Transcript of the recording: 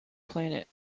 planet